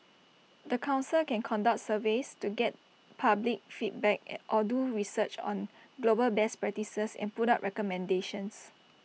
the Council can conduct surveys to get public feedback and or do research on global best practices and put up recommendations